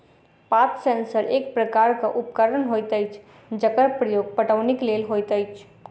पात सेंसर एक प्रकारक उपकरण होइत अछि जकर प्रयोग पटौनीक लेल होइत अछि